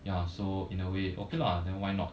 ya so in a way okay lah then why not